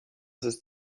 ist